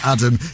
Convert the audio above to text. Adam